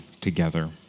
together